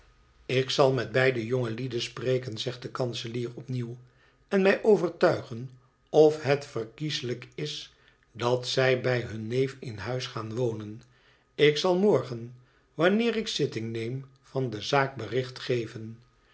ik zal met beide jongelieden spreken zegt de kanselier opnieuw en mij overtuigen of het verkieslijk is dat zij bij hun neef in huis gaan wonen ik zal morgen wanneer ik zitting neem van de zaak bericht geven